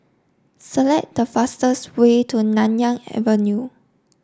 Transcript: select the fastest way to Nanyang Avenue